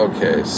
Okay